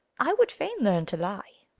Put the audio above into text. i would fain learn to lie.